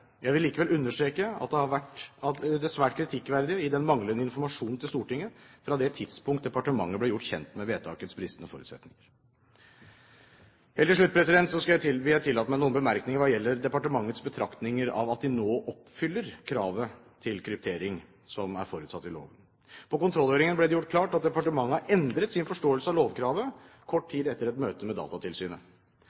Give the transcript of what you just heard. Jeg vil likevel understreke det svært kritikkverdige i den manglende informasjonen til Stortinget fra det tidspunkt departementet ble gjort kjent med vedtakets bristende forutsetninger. Helt til slutt vil jeg tillate meg noen bemerkninger hva gjelder departementets betraktning av at de nå oppfyller kravet til kryptering som er forutsatt i loven. Under kontrollhøringen ble det gjort klart at departementet endret sin forståelse av lovkravet kort